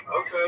Okay